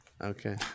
Okay